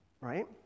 right